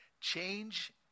Change